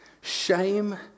shame